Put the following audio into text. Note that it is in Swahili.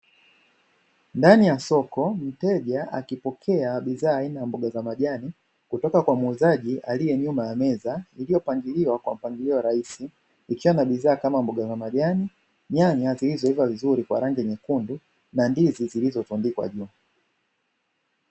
Ndani ya soko mteja akipokea bidhaa aina ya mboga za majani kutoka kwa muuzaji aliye nyuma ya meza iliyopangiliwa kwa mpangilio rahisi ikiwa na bidhaa kama; mboga za majani, zilizoiva vizuri kwa rangi nyekundu, na ndizi zilizotundikwa juu.